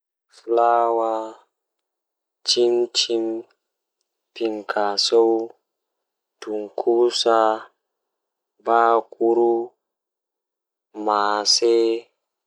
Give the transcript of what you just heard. Taalel taalel jannata booyel, Woodi bambaado feere odon joodi haa saare maako saare maako haa kombi ladde nyende odo joodi sei onani gimol feere beldum don wurta egaa ladde man ovi kai gimol do weli am hami yaha mi laara moijo on fuufata gimol algaita do, Nde o yahi sei olaari bingel feere ni bongel, Be joodi be yewti egaa bawo be bangi be danyi bikkon mbotkon.